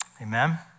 amen